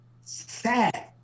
sad